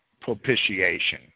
propitiation